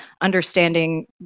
understanding